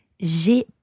J'ai